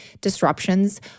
disruptions